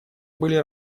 были